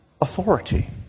authority